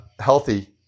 healthy